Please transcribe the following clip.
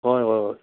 ꯍꯣꯏ ꯍꯣꯏ ꯍꯣꯏ